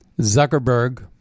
Zuckerberg